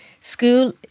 school